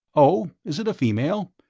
oh, is it a female?